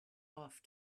off